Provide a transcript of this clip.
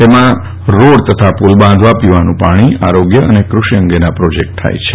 તેમાં રોડ તથા પુલ બાંધવા પીવાનું પાણી આરોગ્ય અને કૃષિ અંગેના પ્રોજેક્ટ થાય છે